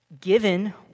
given